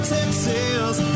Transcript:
Texas